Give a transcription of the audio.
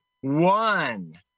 one